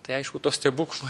tai aišku to stebuklo